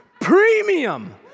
premium